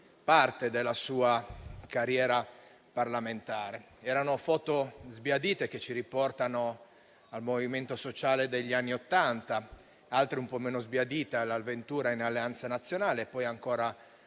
parte della sua carriera parlamentare. Sono foto sbiadite, che ci riportano al Movimento Sociale degli anni Ottanta; altre, un po' meno sbiadite, ci riportano all'avventura in Alleanza Nazionale e poi, ancora,